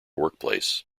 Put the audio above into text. workplace